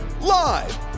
Live